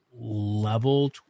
level